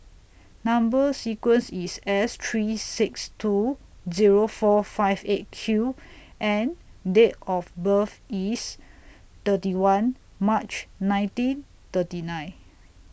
Number sequence IS S three six two Zero four five eight Q and Date of birth IS thirty one March nineteen thirty nine